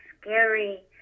scary